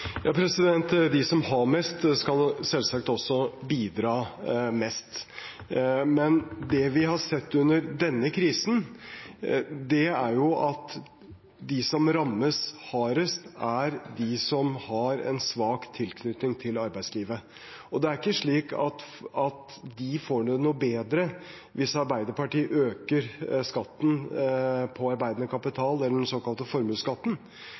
De som har mest, skal selvsagt også bidra mest. Men det vi har sett under denne krisen, er at de som rammes hardest, er de som har en svak tilknytning til arbeidslivet. Det er ikke slik at de får det noe bedre hvis Arbeiderpartiet øker skatten på arbeidende kapital, den såkalte formuesskatten.